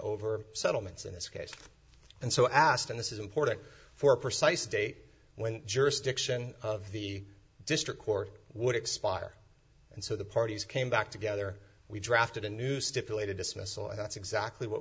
over settlements in this case and so asked and this is important for precise date when jurisdiction of the district court would expire and so the parties came back together we drafted a new stipulated dismissal and that's exactly what